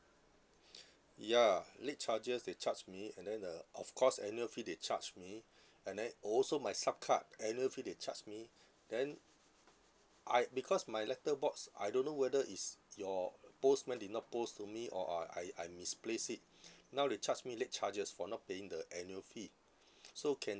ya late charges they charge me and then the of course annual fee they charge me and then also my sub card annual fee they charge me then I because my letter box I don't know whether it's your postman did not post to me or I I I misplace it now they charge me late charges for not paying the annual fee so can